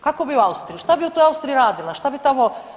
Kako bi u Austriju, što bi u toj Austriji radila, što bi tamo?